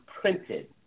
printed